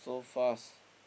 so fast